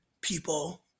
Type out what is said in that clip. people